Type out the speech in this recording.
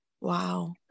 Wow